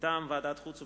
מטעם ועדת החוץ והביטחון: